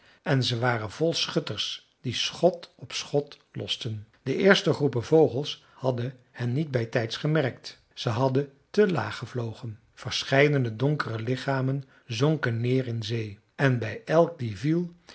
en ze waren vol schutters die schot op schot losten de eerste groepen vogels hadden hen niet bijtijds gemerkt ze hadden te laag gevlogen verscheidene donkere lichamen zonken neer in zee en bij elk die viel